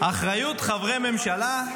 "אחריות חברי הממשלה,